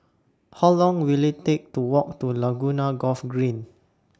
How Long Will IT Take to Walk to Laguna Golf Green